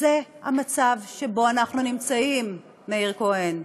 וזה המצב שבו אנחנו נמצאים, מאיר כהן,